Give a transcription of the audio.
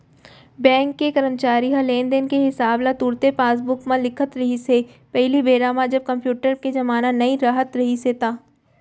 bank के करमचारी ह लेन देन के हिसाब ल तुरते पासबूक म लिखत रिहिस हे पहिली बेरा म जब कम्प्यूटर के जमाना नइ राहत रिहिस हे ता